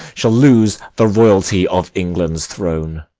shall lose the royalty of england's throne.